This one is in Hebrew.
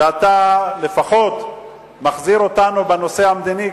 שאתה לפחות מחזיר אותנו בנושא המדיני,